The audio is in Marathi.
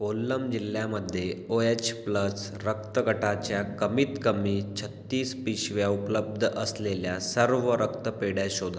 कोल्लम जिल्ह्यामध्ये ओ एच प्लस रक्तगटाच्या कमीत कमी छत्तीस पिशव्या उपलब्ध असलेल्या सर्व रक्तपेढ्या शोधा